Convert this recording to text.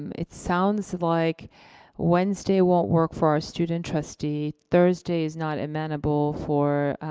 um it sounds like wednesday won't work for our student trustee, thursday is not amenable for